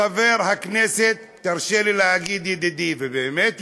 חבר הכנסת, תרשה לי להגיד, ידידי, ובאמת ידידי,